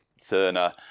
Cerner